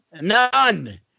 None